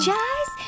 Jazz